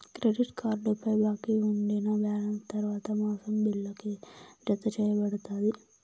credit కార్డుపై బాకీ ఉండినా బాలెన్స్ తర్వాత మాసం బిల్లుకి, జతచేయబడతాది